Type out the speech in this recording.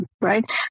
right